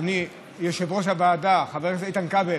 אדוני יושב-ראש הוועדה חבר הכנסת איתן כבל.